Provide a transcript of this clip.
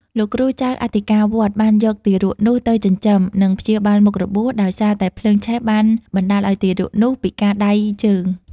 លោកគ្រូចៅអធិការវត្តបានយកទារកនោះទៅចិញ្ចឹម និងព្យាបាលមុខរបួស ដោយសារតែភ្លើងឆេះបានបណ្តាលឱ្យទារកនោះពិការដៃជើង ។